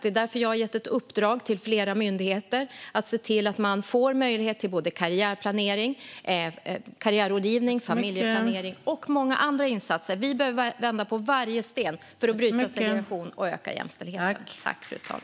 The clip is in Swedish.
Det är därför jag har gett flera myndigheter i uppdrag att se till att man får möjlighet till såväl karriärrådgivning som familjeplanering och många andra insatser. Vi behöver vända på varje sten för att bryta segregationen och öka jämställdheten.